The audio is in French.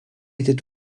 étaient